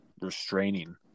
restraining